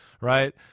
right